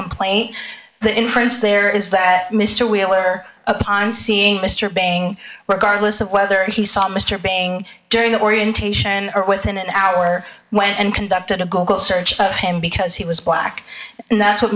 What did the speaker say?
complaint the inference there is that mr wheeler upon seeing mr being regarded listen whether he saw mr bang during orientation or within an hour when and conducted a google search of him because he was black and that's what